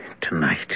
tonight